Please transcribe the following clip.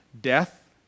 death